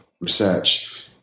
research